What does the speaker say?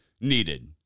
needed